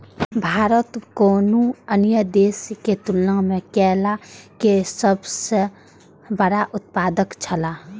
भारत कुनू अन्य देश के तुलना में केला के सब सॉ बड़ा उत्पादक छला